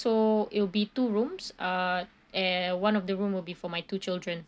so it'll be two rooms uh and one of the room will be for my two children